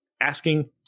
asking